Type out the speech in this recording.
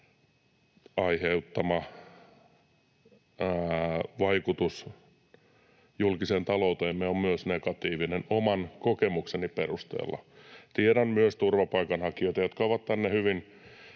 aiheuttama vaikutus julkiseen talouteemme on oman kokemukseni perusteella myös negatiivinen. Tiedän myös turvapaikanhakijoita, jotka ovat tänne hyvin